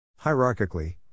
Hierarchically